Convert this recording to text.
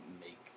make